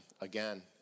again